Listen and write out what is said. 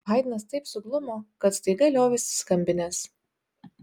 haidnas taip suglumo kad staiga liovėsi skambinęs